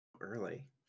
Early